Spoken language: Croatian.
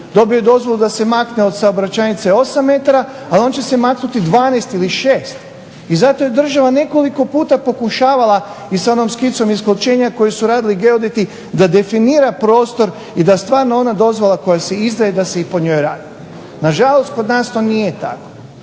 Dobije dozvolu da se makne od saobraćajnice 8 metara, a on će se maknuti 12 ili 6. I zato je država nekoliko puta pokušavala i s onom skicom … /Ne razumije se./… koji su radili geodeti da definira prostor i da stvarno ona dozvola koja se izdaje da se i po njoj radi. Nažalost kod nas to nije tako